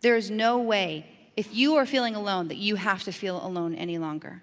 there is no way if you are feeling alone, that you have to feel alone any longer